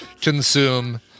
consume